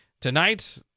Tonight